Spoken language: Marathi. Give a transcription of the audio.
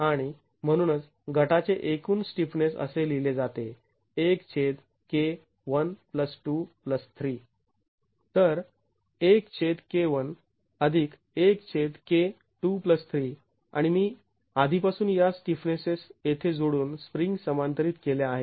आणि म्हणूनच गटाचे एकूण स्टिफनेस असे लिहिले जाते तर आणि मी आधीपासून या स्टिफनेसेस येथे जोडुन स्प्रिंग्ज् समांतरीत केल्या आहेत